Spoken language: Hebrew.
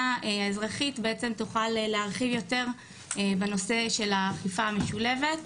האזרחית תוכל להרחיב יותר בנושא של האכיפה המשולבת.